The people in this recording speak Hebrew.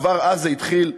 כבר אז זה התחיל,